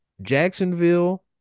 Jacksonville